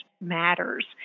matters